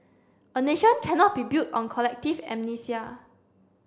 a nation cannot be built on collective amnesia